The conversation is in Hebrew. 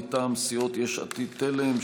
מטעם סיעות יש עתיד-תל"ם,